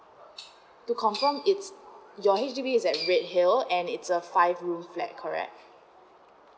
to confirm it's your H_D_B is at redhill and it's a five room flat correct